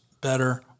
better